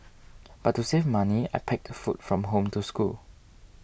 but to save money I packed food from home to school